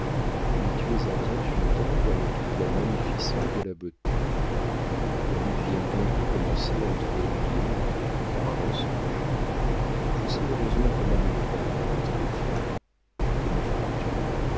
mais tu es à vingt-huit ans dans toute la magnificence de la beauté la lutte vient donc de commencer entre lui et moi par un mensonge je sais heureusement comment m'y prendre pour triompher comment feras-tu